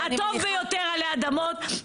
הטוב ביותר עלי אדמות.